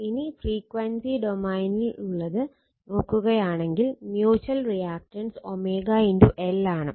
ഇനി ഫ്രീക്വൻസി ഡൊമൈനിലുള്ളത് നോക്കുകയാണെങ്കിൽ മ്യൂച്ചൽ റിയാക്റ്റൻസ് L ആണ്